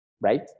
Right